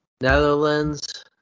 Netherlands